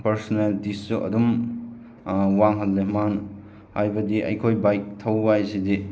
ꯄꯥꯔꯁꯣꯅꯦꯂꯤꯇꯤꯁꯨ ꯑꯗꯨꯝ ꯋꯥꯡꯍꯜꯂꯦ ꯃꯥꯅ ꯍꯥꯏꯕꯗꯤ ꯑꯩꯈꯣꯏ ꯕꯥꯏꯛ ꯊꯧꯕ ꯍꯥꯏꯁꯤꯗꯤ